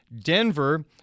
Denver